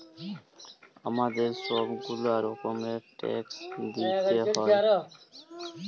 আমাদের ছব গুলা রকমের ট্যাক্স দিইতে হ্যয়